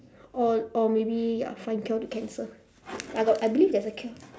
or or maybe I'll find cure to cancer I got I believe there's a cure